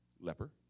leper